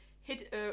hit